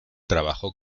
trabajó